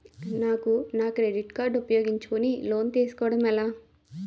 నాకు నా credit card ఉపయోగించుకుని లోన్ తిస్కోడం ఎలా?